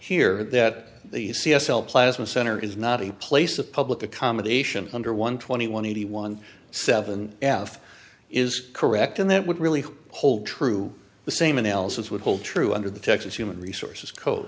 here that the c s l plasma center is not a place of public accommodation under one twenty one eighty one seven f is correct and that would really hold true the same analysis would hold true under the texas human resources co